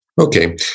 Okay